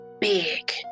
big